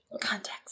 context